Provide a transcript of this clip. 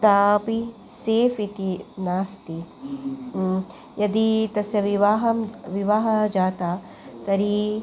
तथापि सेफ़् इति नास्ति यदि तस्य विवाहं विवाहः जाता तर्हि